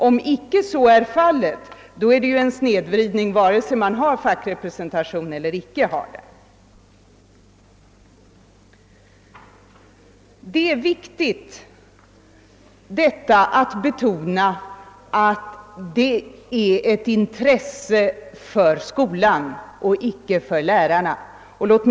Om så inte blir fallet kvarstår snedvridningen vare sig man har fackrepresentation eller inte. Det är viktigt att betona att fackrepresentationen är ett intresse för skolan och inte för lärarna.